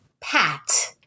Pat